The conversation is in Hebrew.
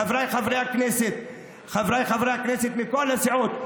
חבריי חברי הכנסת מכל הסיעות,